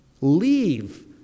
leave